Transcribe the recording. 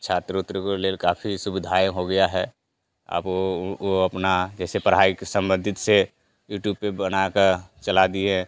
छात्र उत्र के लिए काफी सुविधाएँ हो गया है अब वे उनको अपना जैसे पढ़ाई के संबंधित से यूट्यूब पर बनाकर चला दिए